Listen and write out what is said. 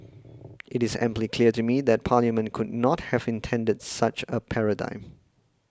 it is amply clear to me that Parliament could not have intended such a paradigm